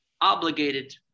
obligated